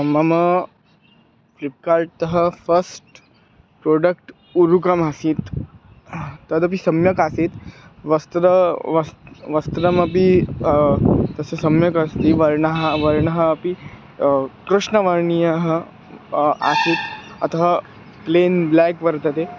मम फ़्लिप्कार्ट्तः first product ऊरुकमासीत् तदपि सम्यक् आसीत् वस्त्रं वस् वस्त्रमपि तस्य सम्यक् अस्ति वर्णः वर्णः अपि कृष्णवर्णीयः आसीत् अतः प्लेन् ब्लाक् वर्तते